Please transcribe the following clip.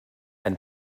ein